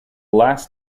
last